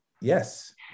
Yes